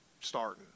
starting